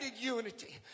unity